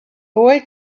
boy